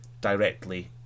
directly